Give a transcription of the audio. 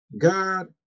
God